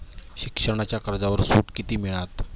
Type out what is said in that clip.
शिक्षणाच्या कर्जावर सूट किती मिळात?